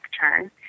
turn